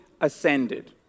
ascended